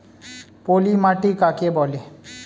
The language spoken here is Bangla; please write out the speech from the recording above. পলি মাটি কাকে বলে?